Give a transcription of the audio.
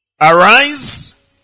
Arise